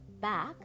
back